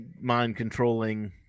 mind-controlling